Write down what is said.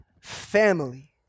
family